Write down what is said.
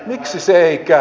miksi se ei käy